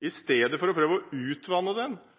I stedet for å prøve å utvanne den